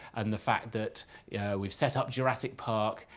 and the fact that yeah we've set up jurassic park,